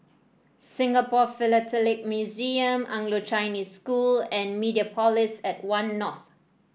Singapore Philatelic Museum Anglo Chinese School and Mediapolis at One North